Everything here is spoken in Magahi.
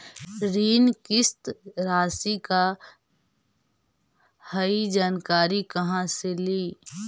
ऋण किस्त रासि का हई जानकारी कहाँ से ली?